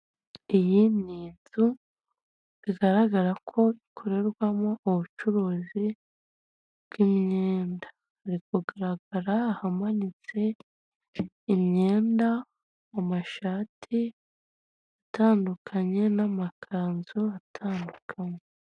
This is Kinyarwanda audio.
Iyi ni inzu bigaragara ko ikorerwamo ubucuruzi bw'imyenda. Biri kugaragara ahamaniyse imyenda; mu mashati atandukanye, n'amakanzu atandukanye.